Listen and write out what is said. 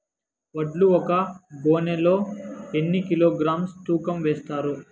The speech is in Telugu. వడ్లు ఒక గోనె లో ఎన్ని కిలోగ్రామ్స్ తూకం వేస్తారు?